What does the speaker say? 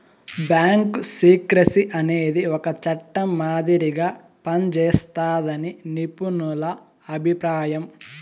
bank secrecy అనేది ఒక చట్టం మాదిరిగా పనిజేస్తాదని నిపుణుల అభిప్రాయం